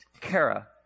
Kara